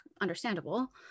understandable